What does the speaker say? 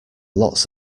lots